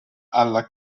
alla